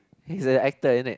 he's a actor isn't it